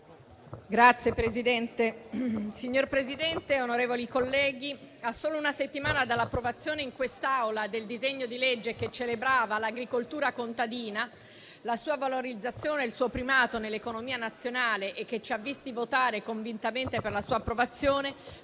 colleghi, a solo una settimana dall'approvazione in quest'Aula del disegno di legge che celebrava l'agricoltura contadina, la sua valorizzazione e il suo primato nell'economia nazionale e che ci ha visti votare convintamente per la sua approvazione,